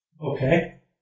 Okay